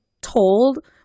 told